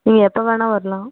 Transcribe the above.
எப்போ வேணா வரலாம்